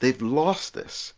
they've lost this.